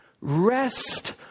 rest